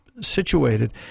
situated